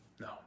No